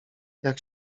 jak